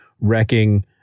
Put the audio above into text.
wrecking